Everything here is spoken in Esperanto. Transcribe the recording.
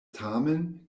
tamen